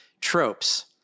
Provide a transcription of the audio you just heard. Tropes